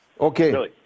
Okay